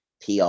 PR